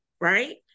right